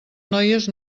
noies